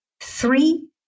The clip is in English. three